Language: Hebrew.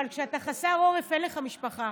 אבל כשאתה חסר עורף, אין לך משפחה